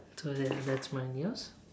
so ya that's mine yours